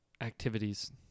Activities